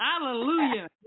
Hallelujah